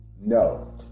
No